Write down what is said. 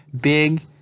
Big